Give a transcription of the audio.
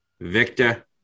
Victor